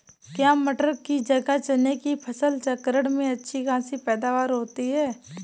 क्या मटर की जगह चने की फसल चक्रण में अच्छी खासी पैदावार होती है?